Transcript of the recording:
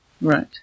Right